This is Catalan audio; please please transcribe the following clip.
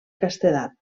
castedat